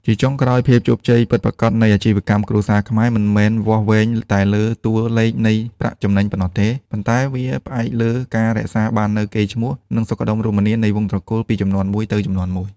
ជាចុងក្រោយ ភាពជោគជ័យពិតប្រាកដនៃអាជីវកម្មគ្រួសារខ្មែរ មិនមែនវាស់វែងតែលើតួលេខនៃប្រាក់ចំណេញប៉ុណ្ណោះទេ ប៉ុន្តែវាផ្អែកលើការរក្សាបាននូវកេរ្តិ៍ឈ្មោះ និងសុខដុមរមនានៃវង្សត្រកូលពីជំនាន់មួយទៅជំនាន់មួយ។